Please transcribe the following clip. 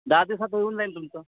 दहा दिवसांत होऊन जाईल तुमचं